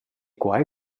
quai